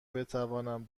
بتوانم